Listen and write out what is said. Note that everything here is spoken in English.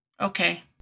Okay